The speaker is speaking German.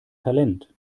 talent